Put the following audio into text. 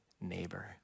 neighbor